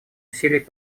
усилиях